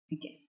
okay